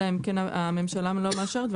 אלא אם כן הממשלה לא מאשרת.